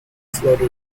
florida